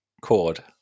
chord